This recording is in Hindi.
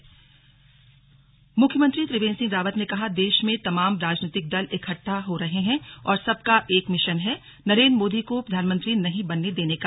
सीएम रानीखेत मुख्यमंत्री त्रिवेंद्र सिंह रावत ने कहा देश में तमाम राजनीतिक दल इकट्ठा हो रहे हैं और सबका एक मिशन है नरेंद्र मोदी को प्रधानमंत्री नहीं बनने देने का